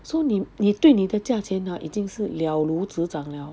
so 你你对你的价钱 ah 已经是了如指掌了